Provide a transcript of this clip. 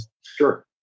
Sure